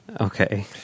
Okay